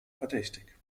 verdächtig